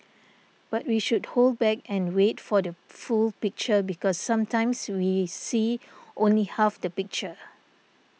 but we should hold back and wait for the full picture because sometimes we see only half the picture